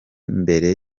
mbere